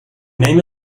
name